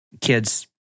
kids